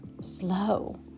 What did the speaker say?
Slow